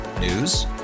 News